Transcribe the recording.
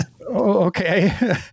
okay